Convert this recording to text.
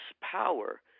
power